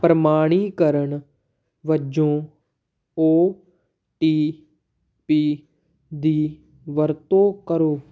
ਪ੍ਰਮਾਣੀਕਰਨ ਵਜੋਂ O T P ਦੀ ਵਰਤੋਂ ਕਰੋ